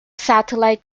satellite